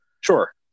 Sure